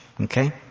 okay